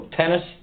tennis